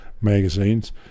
magazines